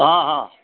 हा हा